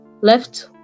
left